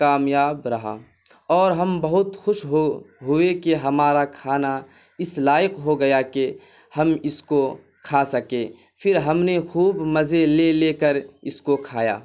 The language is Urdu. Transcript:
کامیاب رہا اور ہم بہت خوش ہو ہوئے کہ ہمارا کھانا اس لائق ہو گیا کہ ہم اس کو کھا سکیں پھر ہم نے خوب مزے لے لے کر اس کو کھایا